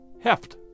heft